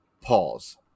Pause